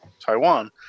Taiwan